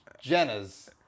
Jenna's